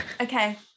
Okay